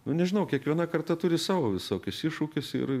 nu nežinau kiekviena karta turi savo visokius iššūkius ir